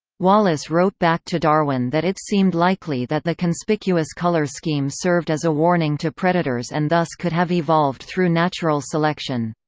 wallace wrote back to darwin that it seemed likely that the conspicuous colour scheme served as a warning to predators and thus could have evolved through natural selection.